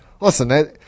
listen